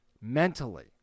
mentally